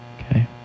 Okay